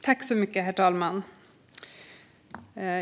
Herr talman!